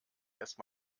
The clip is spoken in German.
erst